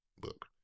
book